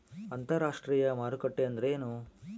ಅಂತರಾಷ್ಟ್ರೇಯ ಮಾರುಕಟ್ಟೆ ಎಂದರೇನು?